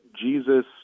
Jesus